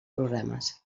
programes